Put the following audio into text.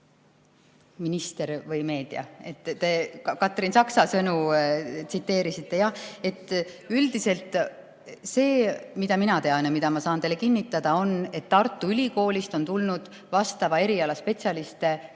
Minister või meedia? Te Katrin Saksa sõnu tsiteerisite. Üldiselt see, mida mina tean ja mida ma saan teile kinnitada, on, et Tartu Ülikoolist on tulnud vastava eriala spetsialiste kordades